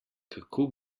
kako